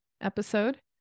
episode